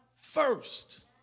first